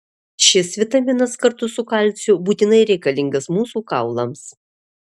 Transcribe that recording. šis vitaminas kartu su kalciu būtinai reikalingas mūsų kaulams